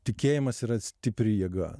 tikėjimas yra stipri jėga